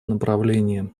направлениям